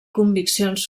conviccions